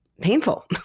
painful